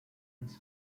his